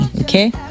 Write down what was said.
Okay